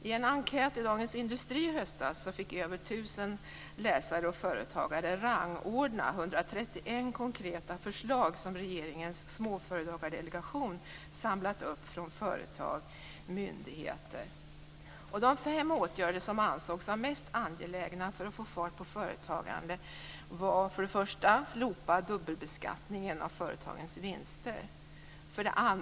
I en enkät i Dagens Industri i höstas fick över 1 000 läsare och företagare rangordna 131 konkreta förslag som regeringens småföretagardelegation samlat upp från företag, myndigheter m.m. De fem åtgärder som ansågs vara mest angelägna för att få fart på företagandet var följande: 2.